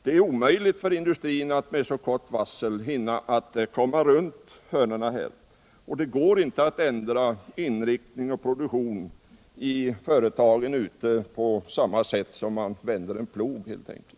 Det är omöjligt för industrin att med så kort varsel hinna komma runt hörnorna, och det går inte att ändra inriktning och produktion i företagen ute i landet på samma sätt som man helt enkelt vänder en plog.